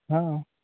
हां